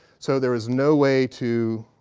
so there is no way to